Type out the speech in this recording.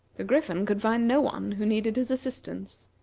the griffin could find no one who needed his assistance.